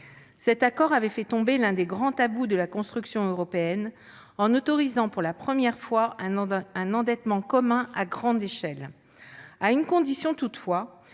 Cet accord avait fait tomber l'un des grands tabous de la construction européenne en autorisant pour la première fois un endettement commun à grande échelle. Une condition, toutefois,